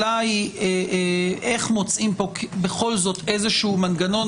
השאלה היא איך מוצאים פה בכל זאת איזשהו מנגנון,